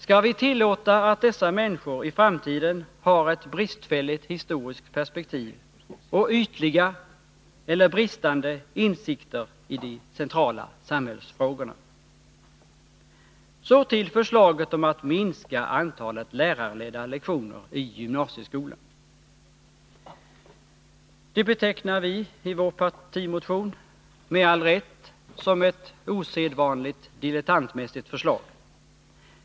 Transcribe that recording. Skall vi tillåta att dessa människor i framtiden har ett bristfälligt historiskt perspektiv och ytliga eller bristande insikter i de centrala samhällsfrågorna? Så till förslaget om att minska antalet lärarledda lektioner i gymnasieskolan. Det betecknar vi i vår partimotion med all rätt som ett osedvanligt dilettantmässigt förslag.